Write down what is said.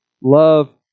Love